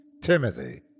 Timothy